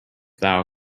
thou